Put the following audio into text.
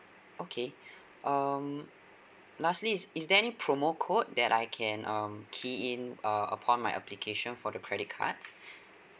okay um lastly is is there any promo code that I can um key in err upon my application for the credit cards